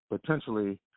potentially